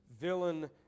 villain